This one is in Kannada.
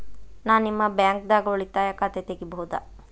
ನಾ ನಿಮ್ಮ ಬ್ಯಾಂಕ್ ದಾಗ ಉಳಿತಾಯ ಖಾತೆ ತೆಗಿಬಹುದ?